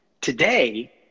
Today